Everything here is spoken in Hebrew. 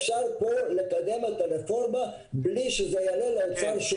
אפשר כאן לקדם את הרפורמה בלי שזה יעלה ליצרן.